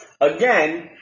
again